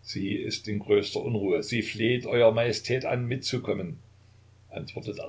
sie ist in größter unruhe sie fleht euer majestät an mitzukommen antwortete